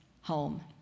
home